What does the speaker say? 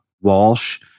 Walsh